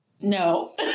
No